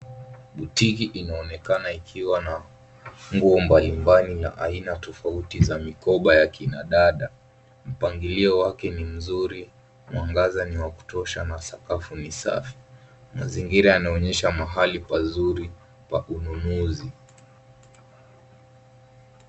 {cs]Botique inaonekana ikiwa na nguo mbalimbali na aina tofauti za mikoba ya kina dada. Mpangilio wake ni mzuri, mwangaza ni wa kutosha na sakafu ni safi. Mazingira yanaonyesha mahali pazuri pa ununuzi.